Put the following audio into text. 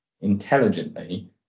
intelligently